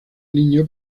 niño